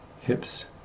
hips